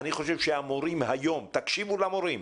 תקשיבו למורים,